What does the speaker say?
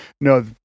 No